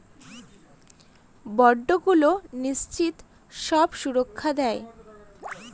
বন্ডগুলো নিশ্চিত সব সুরক্ষা দেয়